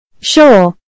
Sure